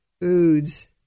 foods